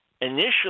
Initially